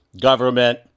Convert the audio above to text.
government